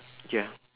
ya